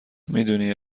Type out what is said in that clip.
میدونی